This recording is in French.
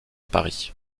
paris